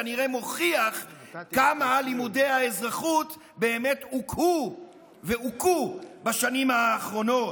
כנראה מוכיח כמה לימודי האזרחות באמת הוכהו והוכו בשנים האחרונות.